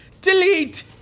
delete